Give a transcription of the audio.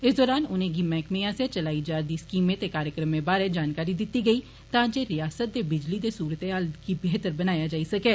इस दौरान उनेंगी मैहकमें आस्सेआ चलाई जारदी स्कीमें ते कार्यक्रमें बारै जानकारी दिती गेई तां जे रियासत दे बिजली दे सूरते हालात गी बेहतर बनाया जाई सकै